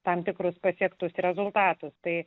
tam tikrus pasiektus rezultatus tai